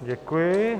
Děkuji.